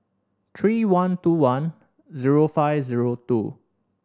three one two one zero five zero two